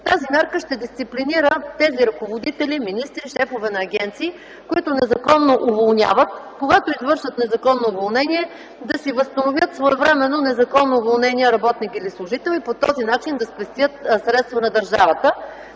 Тази мярка ще дисциплинира ръководителите – министри, шефове на агенции, които незаконно уволняват. Когато извършват незаконно уволнение, да си възстановят своевременно незаконно уволнения работник или служител и по този начин да спестят средства на държавата.